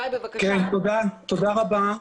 כן, תודה רבה.